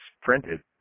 printed